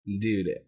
Dude